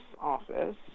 office